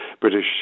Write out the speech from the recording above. British